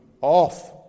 off